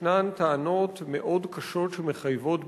ישנן טענות מאוד קשות שמחייבות בירור,